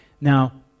Now